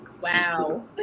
wow